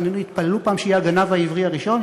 התפללו פעם שיהיה הגנב העברי הראשון,